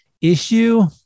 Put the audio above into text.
issue